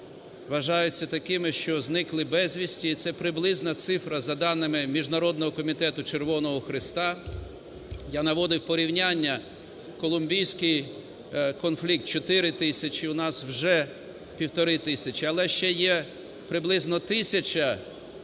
вважаються такими, що зникли безвісти, і це приблизна цифра за даними Міжнародного Комітету Червоного Хреста. Я наводив порівняння: колумбійський конфлікт – 4 тисячі, у нас – вже півтори тисячі. Але ще є приблизно тисяча